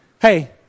Hey